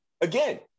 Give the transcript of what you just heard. again